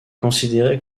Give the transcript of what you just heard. considérée